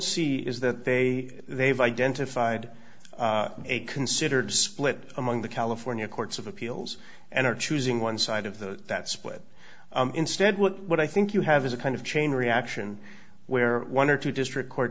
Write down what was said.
see is that they they've identified a considered split among the california courts of appeals and are choosing one side of those that split instead what i think you have is a kind of chain reaction where one or two district court